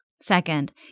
Second